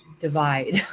divide